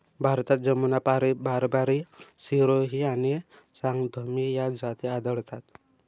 भारतात जमुनापारी, बारबारी, सिरोही आणि चांगथगी या जाती आढळतात